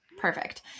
perfect